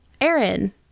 Aaron